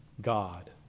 God